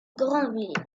granville